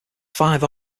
five